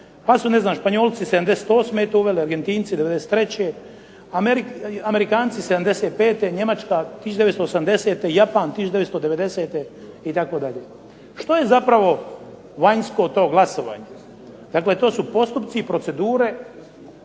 Pa su Španjolci 78. evo uveli, Argentinci 93., Amerikanci 75., Njemačka 1980., Japan 1990., itd. Što je zapravo vanjsko to glasovanje? Dakle, to su postupci i procedure